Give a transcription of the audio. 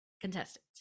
contestant